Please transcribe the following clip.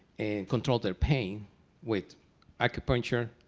and control their pain with acupuncture,